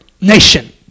nation